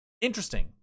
Interesting